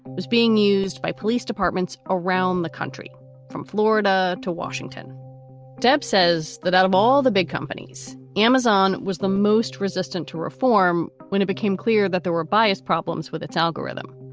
being used by police departments around the country from florida to washington deb says that out of all the big companies, amazon was the most resistant to reform when it became clear that there were bias problems with its algorithm.